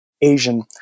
Asian